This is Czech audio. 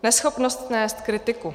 Neschopnost snést kritiku.